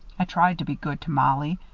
i tried to be good to mollie.